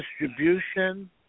distribution